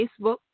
Facebook